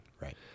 Right